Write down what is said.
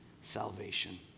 salvation